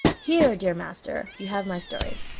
here, dear master, you have my story.